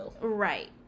Right